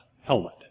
helmet